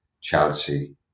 Chelsea